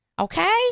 okay